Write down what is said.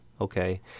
Okay